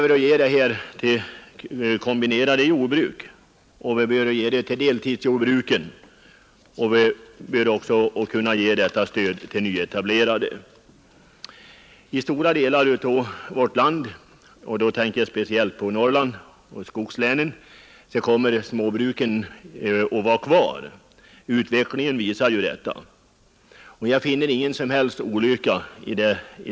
Stödet bör ges också till kombinerade jordbruk, till deltidsjordbruk och även till nyetablerade jordbruk. Utvecklingen visar att småbruken kommer att vara kvar i stora delar av vårt land — jag tänker speciellt på Norrland och skogslänen. Jag finner inte en sådan utveckling på något sätt olycklig.